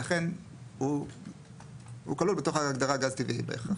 ולכן הוא כלול בתוך ההגדרה של גז טבעי בהכרח.